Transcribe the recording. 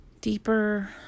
deeper